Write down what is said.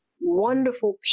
wonderful